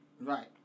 Right